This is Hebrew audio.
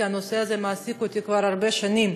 כי הנושא הזה מעסיק אותי כבר הרבה שנים,